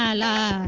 ah la